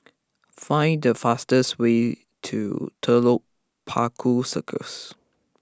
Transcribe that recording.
find the fastest way to Telok Paku Circus